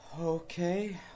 okay